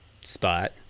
spot